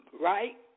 Right